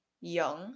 young